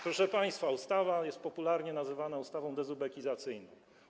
Proszę państwa, ustawa jest popularnie nazywana ustawą dezubekizacyjną.